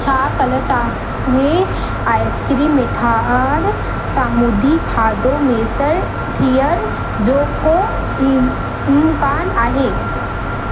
छा कल्ह तव्हां हीउ आइसक्रीम मिठाण सामुंडी खाधो मुयसरु थियण जो को इम इम्कानु आहे